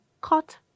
cut